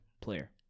player